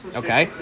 okay